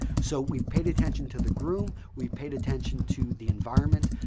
so we've paid attention to the groom, we've paid attention to the environment.